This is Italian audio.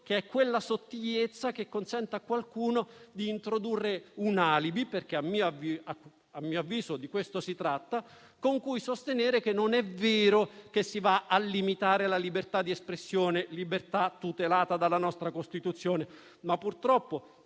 che è quella sottigliezza che consente a qualcuno di introdurre un alibi (perché, a mio avviso, di questo si tratta), con cui sostenere che non è vero che si va a limitare la libertà di espressione, tutelata dalla nostra Costituzione. Purtroppo